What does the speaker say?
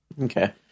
Okay